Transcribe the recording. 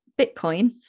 Bitcoin